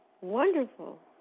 wonderful